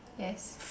yes